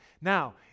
Now